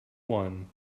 one